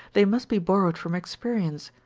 they must be borrowed from experience,